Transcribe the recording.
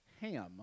ham